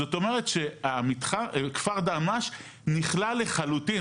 זאת אומרת שכפר דהמש נכלל לחלוטין.